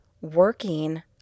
working